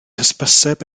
hysbyseb